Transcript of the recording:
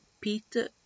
Peter